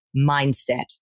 mindset